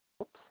Oops